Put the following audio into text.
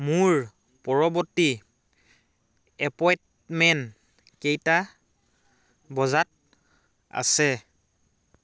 মোৰ পৰৱৰ্তী এপ'ইণ্টমেণ্ট কেইটা বজাত আছে